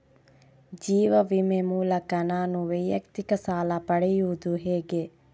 ಜೀವ ವಿಮೆ ಮೂಲಕ ನಾನು ವೈಯಕ್ತಿಕ ಸಾಲ ಪಡೆಯುದು ಹೇಗೆ?